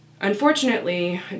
Unfortunately